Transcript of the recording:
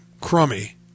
crummy